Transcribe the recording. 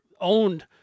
owned